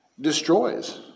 Destroys